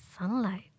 Sunlight